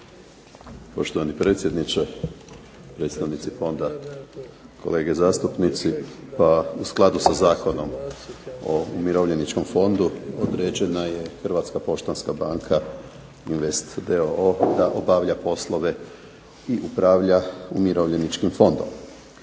Poštovani predsjedniče, predstavnici fonda, kolege zastupnici. Pa u skladu sa Zakonom o umirovljeničkom fondu određena je Hrvatska poštanska banka invest d.o.o. da obavlja poslove i upravlja Umirovljeničkim fondom.